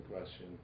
question